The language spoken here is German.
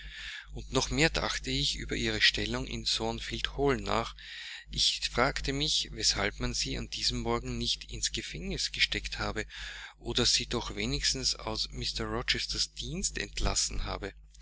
und noch mehr dachte ich über ihre stellung in thornfield hall nach ich fragte mich weshalb man sie an diesem morgen nicht ins gefängnis gesteckt habe oder sie doch wenigstens aus mr rochesters dienst entlassen habe